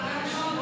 אבל אני אומר,